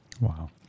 Wow